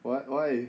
what why